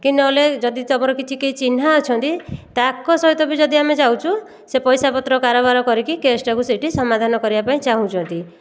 କି ନହେଲେ ଯଦି ତୁମର କିଛି କେହି ଚିହ୍ନା ଅଛନ୍ତି ତାଙ୍କ ସହିତ ବି ଯଦି ଆମେ ଯାଉଛୁ ସେ ପଇସାପତ୍ର କାରବାର କରିକି କେସ୍ଟାକୁ ସେଇଠି ସମାଧାନ କରିବା ପାଇଁ ଚାହୁଁଛନ୍ତି